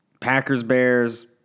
Packers-Bears